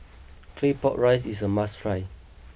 Claypot Rice is a must try